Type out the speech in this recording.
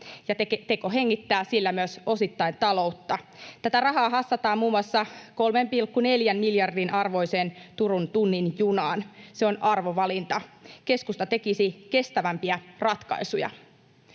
tekohengittää sillä myös osittain taloutta. Tätä rahaa hassataan muun muassa 3,4 miljardin arvoiseen Turun tunnin junaan. Se on arvovalinta. Keskusta tekisi kestävämpiä ratkaisuja.